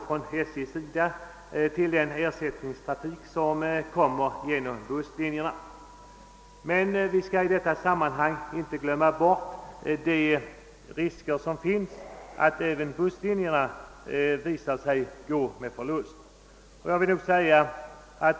Ofta hänvisar SJ till den ersättningstrafik som erbjuds genom busslinjerna. Vi skall i detta sammanhang dock inte glömma bort de risker som finns för att även busslinjerna visar sig gå med förlust.